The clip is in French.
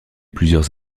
plusieurs